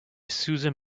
susan